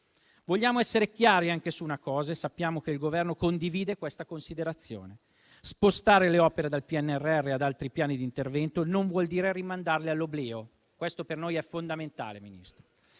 Vogliamo essere chiari anche su una cosa e sappiamo che il Governo condivide questa considerazione: spostare le opere dal PNRR ad altri piani di intervento non vuol dire rimandarle all'oblio. Questo per noi è fondamentale, Ministro.